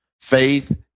faith